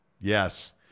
Yes